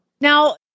Now